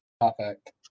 Perfect